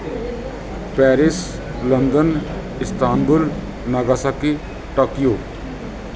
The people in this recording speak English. Paris London Istanbul Nagasaki Tokyo